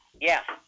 Yes